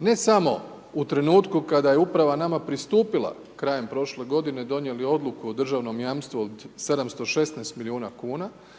ne samo u trenutku kada je uprav nama pristupila krajem prošle godine, donijeli odluku o državnom jamstvu, od 716 milijuna kuna,